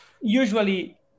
usually